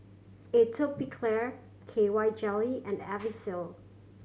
Atopiclair K Y Jelly and Vagisil